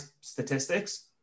statistics